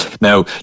Now